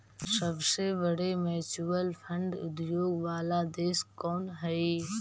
सबसे बड़े mutual fund उद्योग वाला देश कौन हई